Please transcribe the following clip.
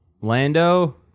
Lando